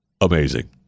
amazing